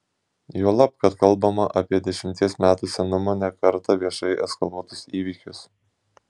juolab kad kalbama apie dešimties metų senumo ne kartą viešai eskaluotus įvykius